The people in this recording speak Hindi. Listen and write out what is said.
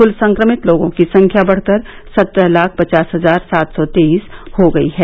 कृल संक्रमित लोगों की संख्या बढ़ कर सत्रह लाख पचास हजार सात सौ तेईस हो गई है